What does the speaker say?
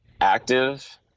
active